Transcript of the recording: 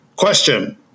Question